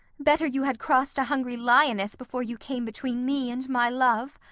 better you had crossed a hungry lioness before you came between me and my love.